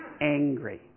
angry